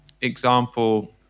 example